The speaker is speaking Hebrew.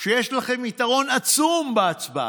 כשיש לכם יתרון עצום בהצבעה,